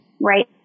right